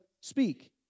speak